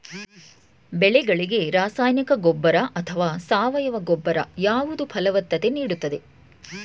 ಬೆಳೆಗಳಿಗೆ ರಾಸಾಯನಿಕ ಗೊಬ್ಬರ ಅಥವಾ ಸಾವಯವ ಗೊಬ್ಬರ ಯಾವುದು ಫಲವತ್ತತೆ ನೀಡುತ್ತದೆ?